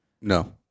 No